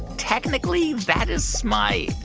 technically, that is so my